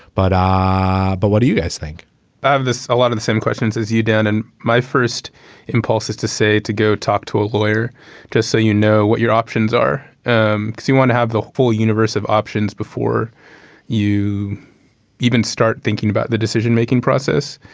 but um ah but what do you guys think of this a lot of the same questions as you done and my first impulse is to say to go talk to a lawyer to say you know what your options are. um so you want to have the full universe of options before you even start thinking about the decision making process.